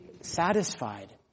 satisfied